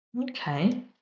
Okay